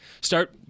start